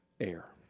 air